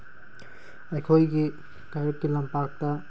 ꯑꯩꯈꯣꯏꯒꯤ ꯀꯂꯞꯀꯤ ꯂꯝꯄꯥꯛꯇ